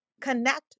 Connect